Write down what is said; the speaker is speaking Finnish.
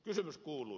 kysymys kuului